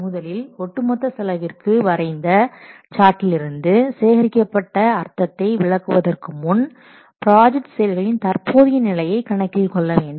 முதலில் ஒட்டு மொத்த செலவிற்கு வரைந்த சார்ட்டில் இருந்து சேகரிக்கப்பட்ட அர்த்தத்தை விளக்குவதற்கு முன் ப்ராஜெக்ட் செயல்களின் தற்போதைய நிலையை கணக்கில் கொள்ள வேண்டும்